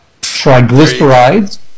Triglycerides